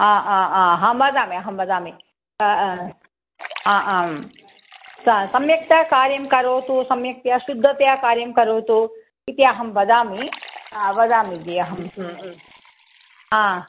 हा हा हा अहं वदामि अहं वदामि हा आं स सम्यक्तया कार्यं करोतु सम्यक्तया शुद्धतया कार्यं करोतु इति अहं वदामि वदामि जि अहम्